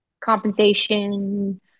compensation